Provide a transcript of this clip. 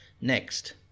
next